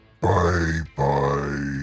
Bye-bye